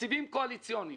מתקציבים קואליציוניים,